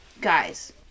guys